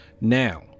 Now